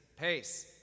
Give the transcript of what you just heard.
pace